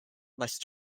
must